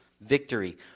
victory